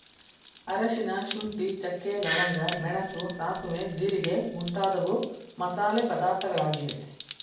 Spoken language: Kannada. ಅರಿಶಿನ, ಶುಂಠಿ, ಚಕ್ಕೆ, ಲವಂಗ, ಮೆಣಸು, ಸಾಸುವೆ, ಜೀರಿಗೆ ಮುಂತಾದವು ಮಸಾಲೆ ಪದಾರ್ಥಗಳಾಗಿವೆ